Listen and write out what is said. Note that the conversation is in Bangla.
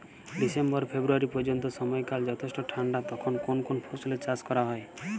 ডিসেম্বর ফেব্রুয়ারি পর্যন্ত সময়কাল যথেষ্ট ঠান্ডা তখন কোন কোন ফসলের চাষ করা হয়?